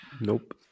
Nope